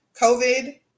COVID